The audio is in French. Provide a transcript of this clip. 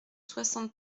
soixante